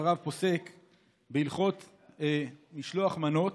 בהלכות משלוח מנות